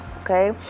okay